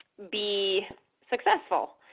be successful.